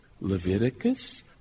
Leviticus